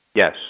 Yes